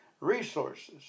resources